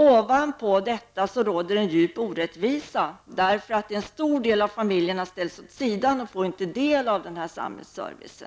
Utöver detta råder en djup orättvisa, eftersom en stor del av familjerna ställs åt sidan och inte får del av denna samhällsservice.